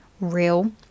real